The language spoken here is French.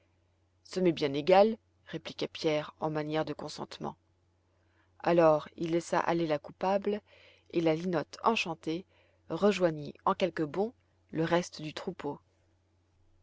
ça m'est bien égal répliqua pierre en manière de consentement alors il laissa aller la coupable et la linotte enchantée rejoignit en quelques bonds le reste du troupeau